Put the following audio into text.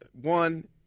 one